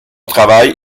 travail